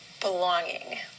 Belonging